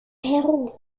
peru